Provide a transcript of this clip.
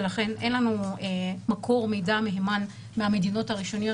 ולכן אין לנו מקור מידע מהימן מהמדינות הראשוניות